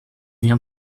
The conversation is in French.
viens